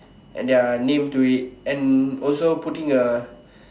and their name to it and also putting a